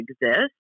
exist